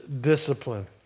discipline